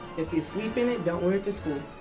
if you sleep in it, don't wear it to school.